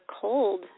cold